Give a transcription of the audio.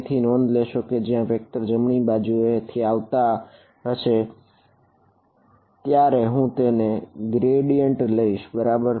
તેથી નોંધ લેશો કે જ્યાં વેક્ટર્સ લઈશ બરાબર